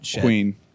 Queen